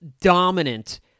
dominant